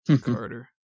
carter